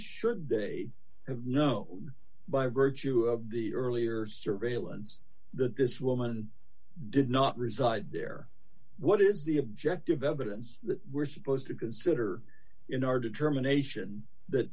should they have know by virtue of the earlier surveillance that this woman did not reside there what is the objective evidence that we're supposed to consider in our determination that